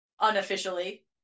unofficially